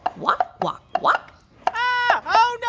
but walk, walk, walk oh,